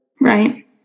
Right